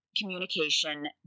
communication